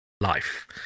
life